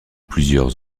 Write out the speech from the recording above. plusieurs